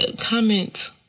comment